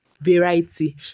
variety